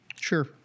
Sure